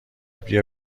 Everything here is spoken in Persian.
بیا